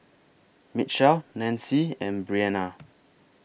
Mitchel Nanci and Briana